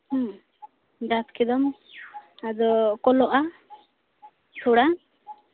ᱦᱮᱸ ᱡᱟᱵᱽ ᱠᱮᱫᱟᱢ ᱟᱫᱚ ᱠᱚᱞᱚᱜᱼᱟ ᱛᱷᱚᱲᱟ